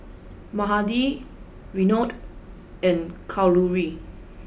Mahade Renu and Kalluri